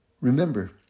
Remember